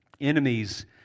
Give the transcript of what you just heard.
Enemies